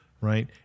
Right